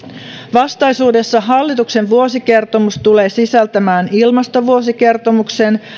vastaisuudessa hallituksen vuosikertomus tulee sisältämään ilmastovuosikertomuksen